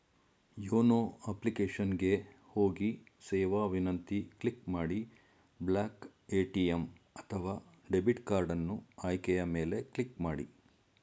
YONO application ಗೆ ಹೋಗಿ ಸೇವಾ ವಿನಂತಿ ಕ್ಲಿಕ್ ಮಾಡಿ ಬ್ಲಾಕ್ ಎ.ಟಿ.ಎಂ ಅಥವಾ ಡೆಬಿಟ್ ಕಾರ್ಡನ್ನು ಆಯ್ಕೆಯ ಮೇಲೆ ಕ್ಲಿಕ್ ಮಾಡಿ